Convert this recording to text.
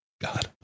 God